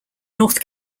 north